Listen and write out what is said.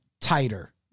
tighter